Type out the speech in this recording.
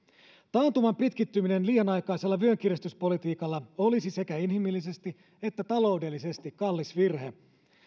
taantuman pitkittyminen liian aikaisella vyönkiristyspolitiikalla olisi sekä inhimillisesti että taloudellisesti kallis virhe